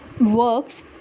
works